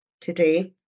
today